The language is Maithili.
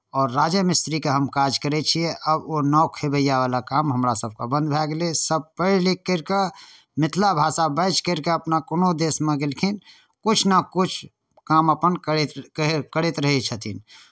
आओर राजे मिस्त्रीके हम काज करै छियै आब ओ नाव खेवैआवला काम हमरासभके बन्द भए गेलै सभ पढ़ि लिखि करि कऽ मिथिला भाषा बाजि करि कऽ अपना कोनो देशमे गेलखिन किछु ने किछु काम अपन करैत करै करैत रहैत छथिन